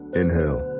inhale